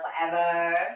forever